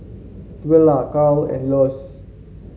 Twila Karl and Elois